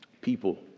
people